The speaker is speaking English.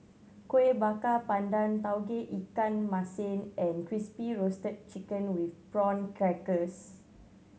Kueh Bakar Pandan Tauge Ikan Masin and Crispy Roasted Chicken with Prawn Crackers